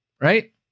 right